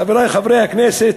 חברי חברי הכנסת,